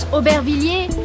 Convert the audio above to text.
Aubervilliers